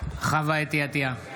חוה אתי עטייה,